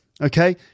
Okay